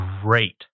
great